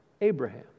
Abraham